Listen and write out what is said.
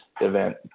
event